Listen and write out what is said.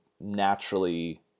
naturally